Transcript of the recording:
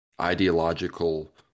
ideological